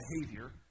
behavior